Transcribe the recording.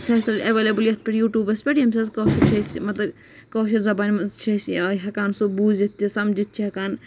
facility available یَتھ پٮ۪ٹھ یوٗٹوٗبَس پٮ۪ٹھ ییٚمہِ سٔنز کَتھ چھِ أسۍ مطلب کٲشِر زَبانہِ منٛز چھِ أسۍ ہٮ۪کان سُہ بوٗزِتھ تہِ سَمجھِتھ چھِ ہٮ۪کان